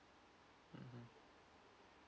mm